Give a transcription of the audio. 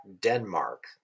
Denmark